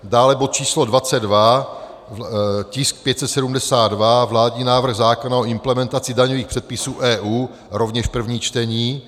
Dále bod číslo 22, tisk 572, vládní návrh zákona o implementaci daňových předpisů EU, rovněž první čtení.